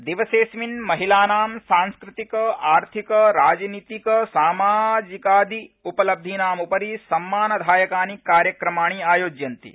दिवसेऽस्मिन् महिलानां सांस्कृतिक आर्थिक राजनीतिक सामाजिकादि उपलब्धीनामुपरि सम्मानधायकानि कार्यक्रमाणि आयोज्यन्ते